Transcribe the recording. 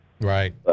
Right